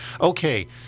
Okay